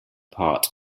part